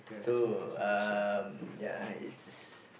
so um ya it's